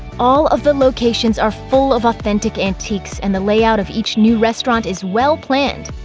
all of the locations are full of authentic antiques and the layout of each new restaurant is well-planned.